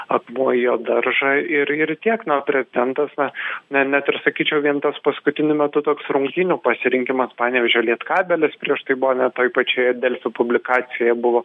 akmuo į jo daržą ir ir tiek na o prezidentas na ne net ir sakyčiau vien tas paskutiniu metu toks rungtynių pasirinkimas panevėžio lietkabelis prieš tai buvo net toj pačioje delfi publikacijoje buvo